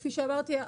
כפי שאמרתי,